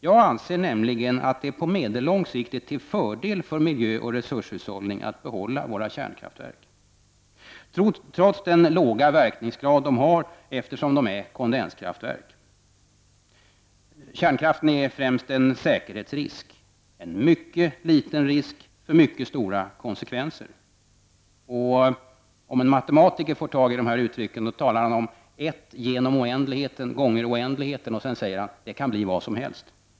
Jag anser nämligen att det på medellång sikt är till fördel för miljö och resurshushållning att behålla våra kärnkraftverk, trots den låga verkningsgrad som de har eftersom de är kondenskraftverk. Kärnkraften är främst en säkerhetsrisk, en mycket liten risk för mycket stora konsekvenser. Om en matematiker tar hand om de här uttrycken, så talar han om 1 genom oändligheten gånger oändligheten, och så säger han: Det kan bli vad som helst.